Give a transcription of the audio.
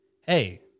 Hey